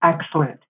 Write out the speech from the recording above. Excellent